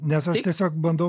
nes aš tiesiog bandau